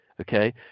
okay